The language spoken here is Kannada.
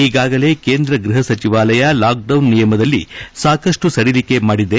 ಈಗಾಗಲೇ ಕೇಂದ್ರ ಗ್ರಹ ಸಚಿವಾಲಯ ಲಾಕ್ಡೌನ್ ನಿಯಮದಲ್ಲಿ ಸಾಕಷ್ಟು ಸಡಿಲಿಕೆ ಮಾಡಿದೆ